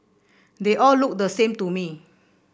they all looked the same to me